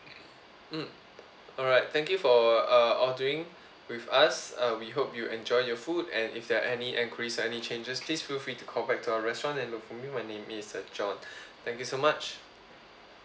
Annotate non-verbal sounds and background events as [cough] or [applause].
mm alright thank you for uh ordering with us uh we hope you enjoy your food and if there are any enquiries any changes please feel free to call back to our restaurant and look for me my name is uh john [breath] thank you so much